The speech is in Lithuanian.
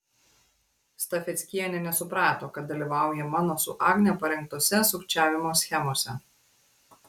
stafeckienė nesuprato kad dalyvauja mano su agne parengtose sukčiavimo schemose